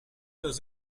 does